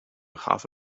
half